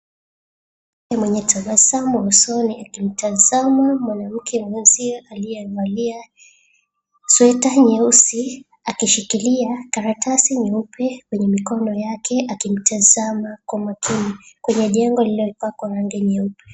Mwanamke mwenye tabasamu usoni akimtazama mwenzio aliyevalia sweater nyeusi akishikilia karatasi nyeupe kwenye mkono yake akimtazama kwa makini, kwenye jengo lililopakwa rangi nyeupe.